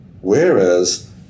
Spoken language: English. Whereas